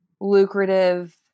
lucrative